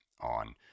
on